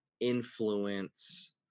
influence